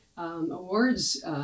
Awards